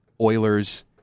Oilers